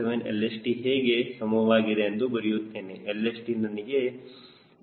7 LHT ಗೆ ಸಮವಾಗಿದೆ ಎಂದು ಬರೆಯುತ್ತೇನೆ LHT ನನಗೆ ಇಲ್ಲಿಂದ